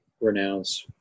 Renounce